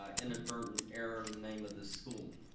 ah inadvertent error in the name of the school.